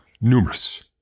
Numerous